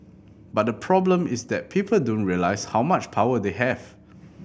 but the problem is that people don't realise how much power they have